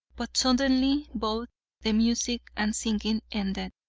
but suddenly both the music and singing ended,